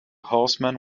horseman